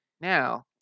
Now